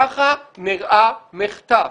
ככה נראה מחטף.